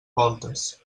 voltes